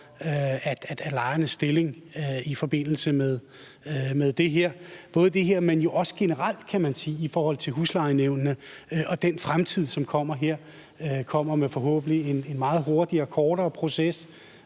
for lejernes stilling, både i forhold til det her, men jo også generelt, kan man sige, i forhold til huslejenævnene og den fremtid, som kommer her, med en forhåbentlig meget kortere og hurtigere proces,